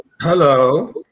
Hello